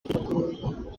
biragoye